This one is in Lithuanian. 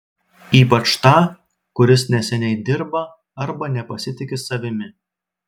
ypač tą kuris neseniai dirba arba nepasitiki savimi